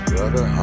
Brother